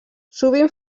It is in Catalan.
sovint